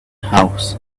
house